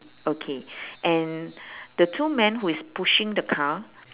okay and the two men who is pushing the car